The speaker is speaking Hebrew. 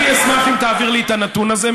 אני אשמח אם תעביר לי את הנתון הזה,